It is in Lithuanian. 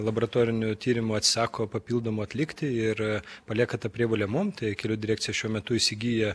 laboratorinių tyrimų atsisako papildomų atlikti ir palieka tą prievolę mum tai kelių direkcija šiuo metu įsigyja